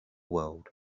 world